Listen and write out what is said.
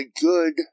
good